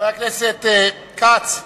חבר הכנסת כץ,